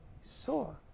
saw